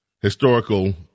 historical